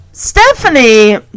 Stephanie